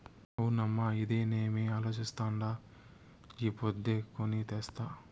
అవునమ్మో, అదేనేమో అలోచిస్తాండా ఈ పొద్దే కొని తెస్తా